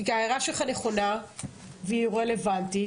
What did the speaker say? ההערה שלך נכונה והיא רלוונטית,